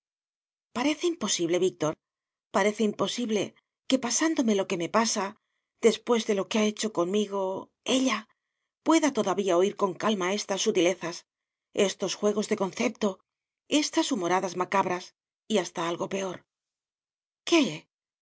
parece imposible víctor parece imposible que pasándome lo que me pasa después de lo que ha hecho conmigo ella pueda todavía oir con calma estas sutilezas estos juegos de concepto estas humoradas macabras y hasta algo peor qué